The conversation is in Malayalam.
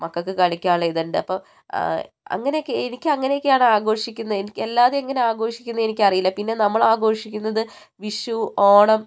മക്കൾക്ക് കളിക്കാനുള്ള ഇതുണ്ട് അപ്പോൾ അങ്ങനെക്കെ എനിക്ക് അങ്ങനെയൊക്കെയാണ് ആഘോഷിക്കുന്നത് എനിക്ക് അല്ലാതെ എങ്ങനെ ആഘോഷിക്കുന്നത് എനിക്കറിയില്ല പിന്നെ നമ്മൾ ആഘോഷിക്കുന്നത് വിഷു ഓണം